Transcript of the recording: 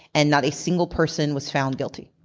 and not a single person was found guilty,